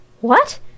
What